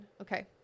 Okay